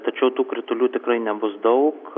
tačiau tų kritulių tikrai nebus daug